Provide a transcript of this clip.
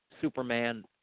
Superman